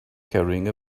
carrying